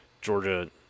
Georgia